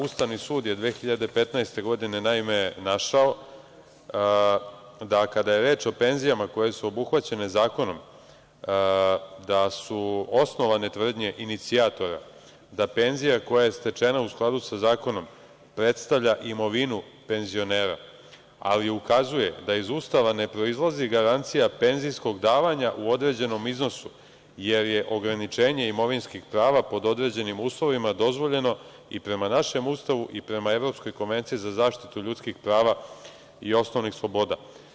Ustavni sud je 2015. godine naime našao da kada je reč o penzijama koje su obuhvaćene zakonom, da su osnovane tvrdnje inicijatora da penzija koja je stečena u skladu sa zakonom predstavlja imovinu penzionera, ali ukazuje da iz Ustava ne proizilazi garancija penzijskog davanja u određenom iznosu, jer je ograničenje imovinskih prava pod određenim uslovima dozvoljeno i prema našem Ustavu i prema Evropskoj konvenciji za zaštitu ljudskih prava i osnovnih sloboda.